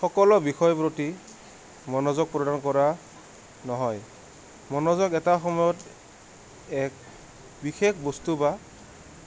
সকলো বিষয়ৰ প্ৰতি মনোযোগ প্ৰদান কৰা নহয় মনোযোগ এটা সময়ত এক বিশেষ বস্তু বা